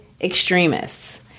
extremists